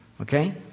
Okay